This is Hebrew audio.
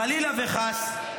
חלילה וחס,